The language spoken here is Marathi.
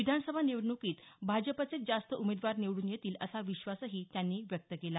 विधान सभा निवडणुकीत भाजपचेच जास्त उमेदवार निवडून येतील असा विश्वासही त्यांनी व्यक्त केला